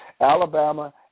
Alabama